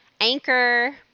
Anchor